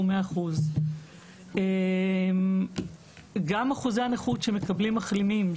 גם באשר לאחוזי הנכות שמקבלים מחלימים,